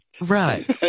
Right